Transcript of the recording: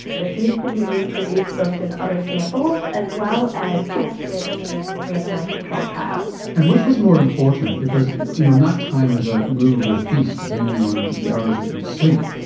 this needs to be reproduced both in other samples as well as tested in randomised controlled trials. and which was more important, because you know night-time is a movable feast depending on the hours that you sleep.